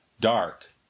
dark